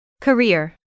Career